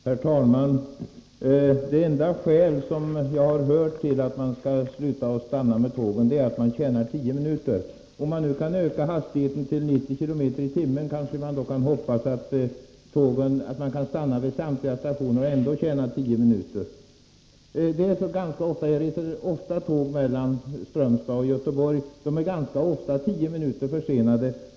Herr talman! Det enda skäl jag har hört till att man skall sluta att stanna med tågen är att man tjänar tio minuter. Om det nu går att öka hastigheten till 90 km/tim, kan man kanske hoppas på att det går att stanna vid samtliga stationer och ändå tjäna tio minuter. Jag reser ofta med tåg mellan Strömstad och Göteborg, och tågen är ganska ofta tio minuter försenade.